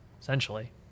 Essentially